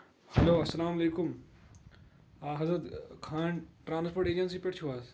hello السلام علیکم Hazrat Khan transport agency پٮ۪ٹھ چھِو حظ